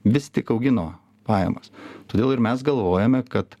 vis tik augino pajamas todėl ir mes galvojame kad